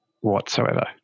whatsoever